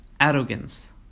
arrogance